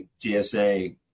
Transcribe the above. GSA